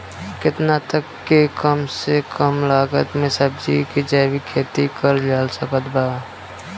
केतना तक के कम से कम लागत मे सब्जी के जैविक खेती करल जा सकत बा?